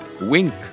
Wink